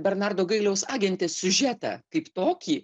bernardo gailiaus agentės siužetą kaip tokį